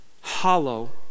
hollow